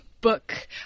book